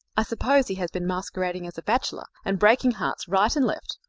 i suppose he has been masquerading as a bachelor and breaking hearts right and left.